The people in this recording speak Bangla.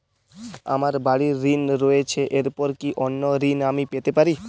আমার বাড়ীর ঋণ রয়েছে এরপর কি অন্য ঋণ আমি পেতে পারি?